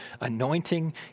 anointing